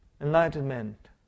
enlightenment